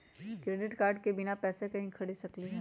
Credit card से बिना पैसे के ही खरीद सकली ह?